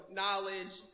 knowledge